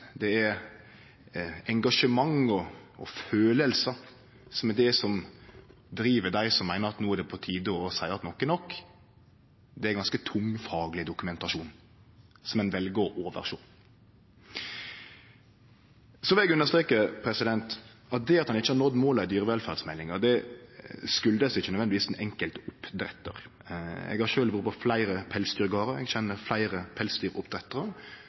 det er engasjement og følelsar som er det som driv dei som meiner at no er det på tide å seie at nok er nok. Det er ganske tung fagleg dokumentasjon, som ein vel å oversjå. Så vil eg understreke at det at ein ikkje har nådd måla i dyrevelferdsmeldinga, ikkje nødvendigvis er på grunn av den enkelte oppdrettaren. Eg har sjølv vore på fleire pelsdyrgardar, eg kjenner fleire pelsdyroppdrettarar,